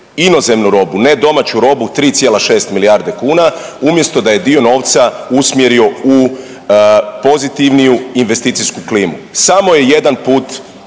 inozemnu robu, ne domaću robu 3,6 milijarde kuna umjesto da je dio novca usmjerio u pozitivniju investicijsku klimu. Samo je jedan put